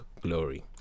glory